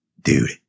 dude